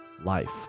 life